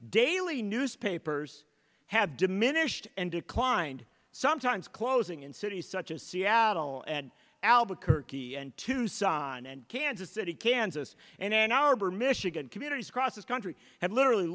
daily newspapers have diminished and declined sometimes closing in cities such as seattle and albuquerque and tucson and kansas city kansas and our michigan communities across this country have literally